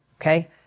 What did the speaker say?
okay